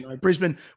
Brisbane